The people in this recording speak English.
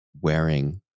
wearing